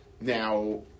Now